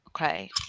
Okay